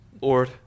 Lord